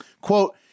quote